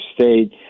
State